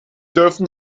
dürfen